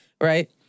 right